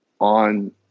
on